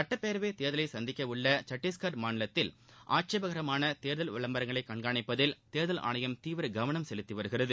சட்டப்பேரவைத் தேர்தலை சந்திக்க உள்ள சட்டிஸ்கர் மாநிலத்தில் ஆட்சேபரகரமான தேர்தல் விளம்பரங்களை கண்காணிப்பதில் தேர்தல் ஆணையம் தீவிர கவனம் செலுத்தி வருகிறது